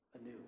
anew